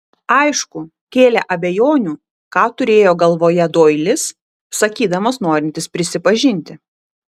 aišku kėlė abejonių ką turėjo galvoje doilis sakydamas norintis prisipažinti